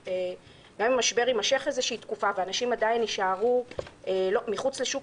גם אם המשבר יימשך איזושהי תקופה ואנשים עדיין יישארו מחוץ לשוק